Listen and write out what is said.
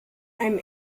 einem